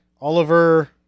Oliver